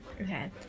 Okay